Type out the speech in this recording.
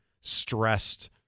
stressed